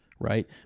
Right